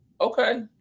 Okay